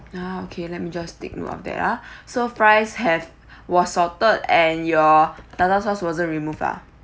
ah okay let me just take note of that uh so fries have was salted and your tartar sauce wasn't removed ah